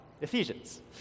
Ephesians